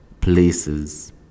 places